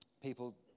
people